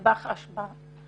הם הולכים לפח אשפה.